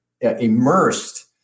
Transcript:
immersed